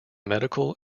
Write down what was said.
medical